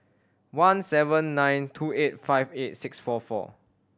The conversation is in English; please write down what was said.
one seven nine two eight five eight six four four